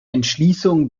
entschließung